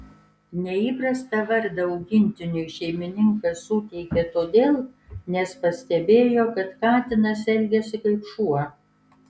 neįprastą vardą augintiniui šeimininkas suteikė todėl nes pastebėjo kad katinas elgiasi kaip šuo